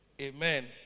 Amen